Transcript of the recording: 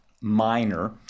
minor